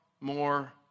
more